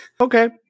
okay